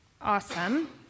awesome